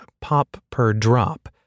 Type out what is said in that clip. pop-per-drop